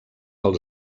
als